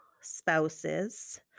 spouse's